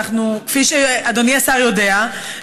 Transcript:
כפי שאדוני השר יודע,